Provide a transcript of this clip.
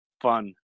fun